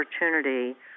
opportunity